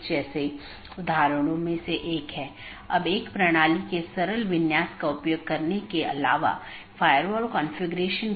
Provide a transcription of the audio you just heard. सबसे अच्छा पथ प्रत्येक संभव मार्गों के डोमेन की संख्या की तुलना करके प्राप्त किया जाता है